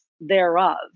thereof